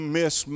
miss